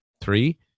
three